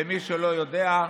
למי שלא יודע,